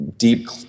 deep